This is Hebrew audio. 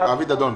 לאבי דדון,